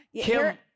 kim